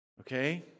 Okay